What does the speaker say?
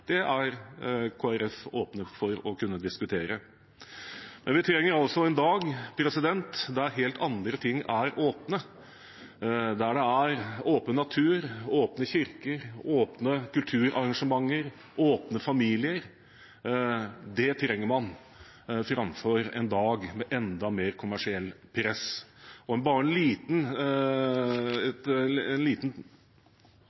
Det er vi i Kristelig Folkeparti åpne for å kunne diskutere. Men vi trenger en dag der helt andre ting er åpne, der det er åpen natur, åpne kirker, åpne kulturarrangementer, åpne familier. Det trenger man, framfor en dag med enda mer kommersielt press. Bare en liten tanke om det som har skjedd i Danmark – en